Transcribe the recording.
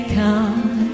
come